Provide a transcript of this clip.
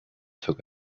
took